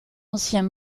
anciens